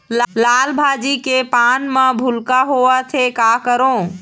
लाल भाजी के पान म भूलका होवथे, का करों?